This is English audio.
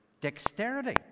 dexterity